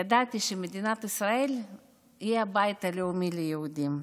ידעתי שמדינת ישראל היא הבית הלאומי ליהודים,